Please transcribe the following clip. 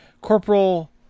Corporal